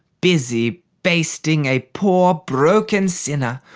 busy basting a poor broken sinner,